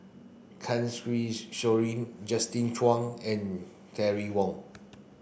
Soin Justin Zhuang and Terry Wong